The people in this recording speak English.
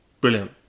Brilliant